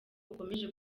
bukomeje